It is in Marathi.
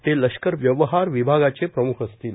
ते लष्कर व्यवहार विभागाचे प्रम्ख असतील